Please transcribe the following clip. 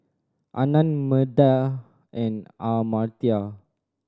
Anand Medha and Amartya